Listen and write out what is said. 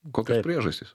kokia priežastis